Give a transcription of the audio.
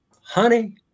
Honey